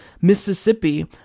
Mississippi